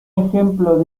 ejemplo